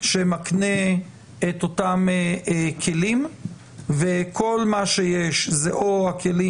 שמקנה את אותם כלים וכל מה שיש זה הכלים